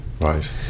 Right